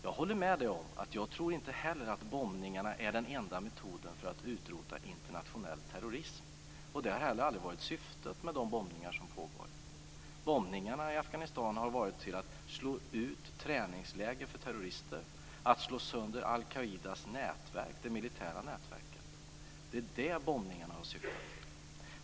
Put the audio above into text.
Jag håller med om och tror inte heller att bombningarna är den enda metoden för att utrota internationell terrorism. Det har heller aldrig varit syftet med de bombningar som pågår. Syftet med bombningarna i Afghanistan har varit att slå ut träningsläger för terrorister, att slå sönder al-Qaidas militära nätverk. Det är detta bombningarna har syftat till.